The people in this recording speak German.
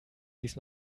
dies